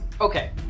Okay